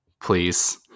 Please